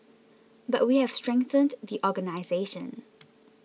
but we have strengthened the organisation